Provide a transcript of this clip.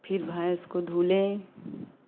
फिर भैंस को धुले